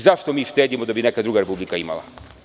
Zašto mi štedimo da bi neka druga republika imala?